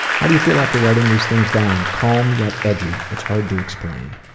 how do you feel after writing these things down? calm yet edgy. it's hard to explain.